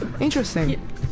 interesting